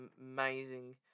amazing